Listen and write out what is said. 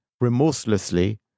remorselessly